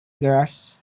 grass